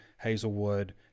Hazelwood